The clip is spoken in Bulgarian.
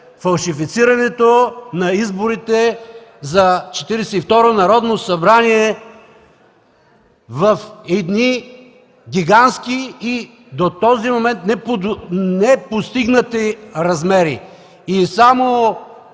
фалшифицирането на изборите за Четиридесет и второ Народно събрание в едни гигантски и до този момент непостигнати размери. И само